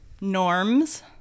norms